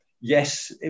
yes